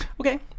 Okay